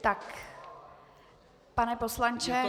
Tak, pane poslanče